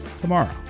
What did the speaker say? tomorrow